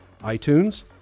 iTunes